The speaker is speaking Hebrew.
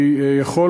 אני יכול,